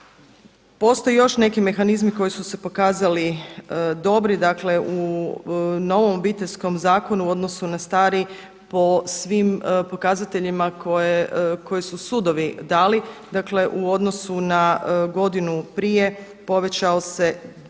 Postoje još neki mehanizmi koji su se pokazali dobri. Dakle u novom Obiteljskom zakonu u odnosu na stari po svim pokazateljima koje su sudovi dali u odnosu na godinu prije povećao se